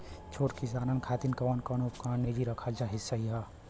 छोट किसानन खातिन कवन कवन उपकरण निजी रखल सही ह?